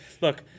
Look